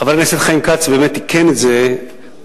חבר הכנסת חיים כץ באמת תיקן את זה בחודשים,